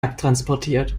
abtransportiert